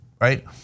right